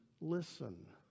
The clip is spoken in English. listen